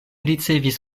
ricevis